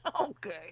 Okay